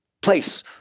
place